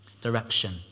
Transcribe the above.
Direction